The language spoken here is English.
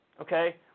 Okay